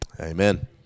Amen